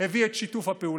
הביא את שיתוף הפעולה.